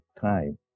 time